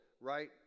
right